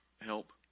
help